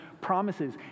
promises